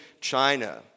China